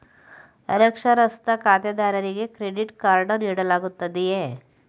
ಅನಕ್ಷರಸ್ಥ ಖಾತೆದಾರರಿಗೆ credit card ನೀಡಲಾಗುತ್ತದೆಯೇ?